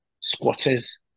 squatters